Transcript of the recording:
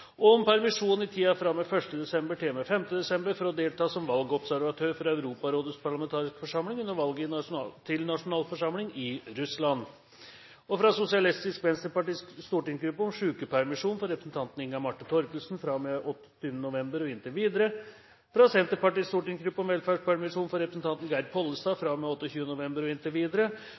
om permisjon i tiden fra og med 1. desember til og med 5. desember for å delta som valgobservatør for Europarådets parlamentariske forsamling under valget til nasjonalforsamling i Russland fra Sosialistisk Venstrepartis stortingsgruppe om sykepermisjon for representanten Inga Marte Thorkildsen fra og med 28. november og inntil videre fra Senterpartiets stortingsgruppe om velferdspermisjon for representanten Geir Pollestad fra og med 28. november og inntil videre